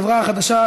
החברה החדשה,